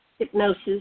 hypnosis